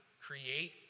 create